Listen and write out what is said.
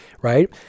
right